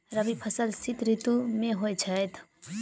रबी फसल शीत ऋतु मे होए छैथ?